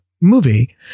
movie